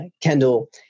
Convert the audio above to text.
Kendall